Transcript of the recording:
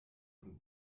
von